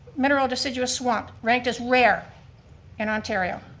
mineral deciduous swamp ranked as rare in ontario.